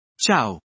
Ciao